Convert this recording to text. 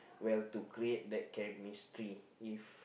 while to create that chemistry if